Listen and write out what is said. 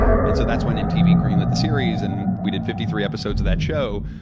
and so that's when mtv green lit the series, and we did fifty three episodes of that show.